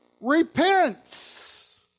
repents